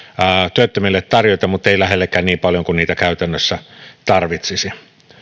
työttömille tarjota muttei lähellekään niin paljon kuin niitä käytännössä tarvitsisi